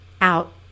out